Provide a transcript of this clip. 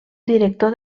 director